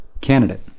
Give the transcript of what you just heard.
candidate